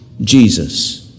Jesus